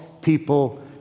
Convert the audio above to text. people